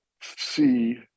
see